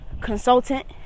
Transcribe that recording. consultant